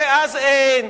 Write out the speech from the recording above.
ואז אין,